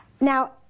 now